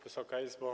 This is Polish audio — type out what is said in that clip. Wysoka Izbo!